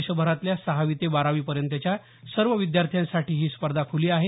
देशभरातल्या सहावी ते बारावी पर्यंतच्या सर्व विद्यार्थ्यांसाठी ही स्पर्धा ख्रली आहे